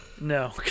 No